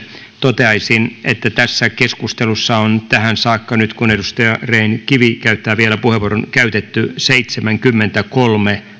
toteaisin että kun tässä keskustelussa on tähän saakka nyt kun edustaja rehn kivi käyttää vielä puheenvuoron käytetty seitsemänkymmentäkolme